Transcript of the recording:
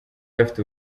afite